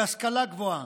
בהשכלה גבוהה,